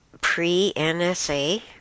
pre-NSA